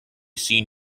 seen